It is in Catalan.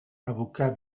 abocar